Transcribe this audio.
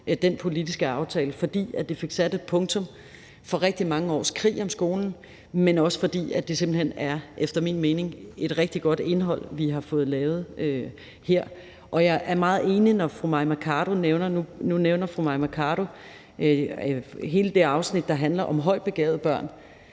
den politiske aftale, fordi det fik sat et punktum for rigtig mange års krig om skolen, men også fordi det simpelt hen efter min mening er et rigtig godt indhold, vi har fået lavet her. Og jeg er meget enig med fru Mai Mercado. Nu nævner fru Mai Mercado hele det afsnit, der handler om højtbegavede børn,